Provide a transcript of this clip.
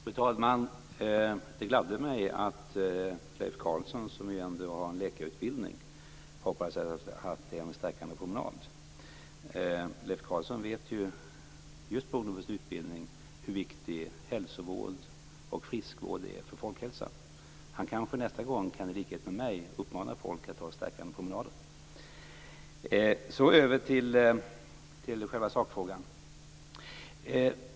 Fru talman! Det gladde mig att Leif Carlson, som har en läkarutbildning, hoppades att jag fått en stärkande promenad. Leif Carlson vet, just på grund av sin utbildning, hur viktig hälsovård och friskvård är för folkhälsan. Han kanske nästa gång i likhet med mig kan uppmana folk att ta stärkande promenader. Så går jag över till själva sakfrågan.